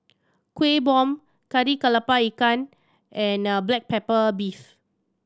Kueh Bom Kari Kepala Ikan and black pepper beef